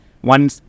one